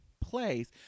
place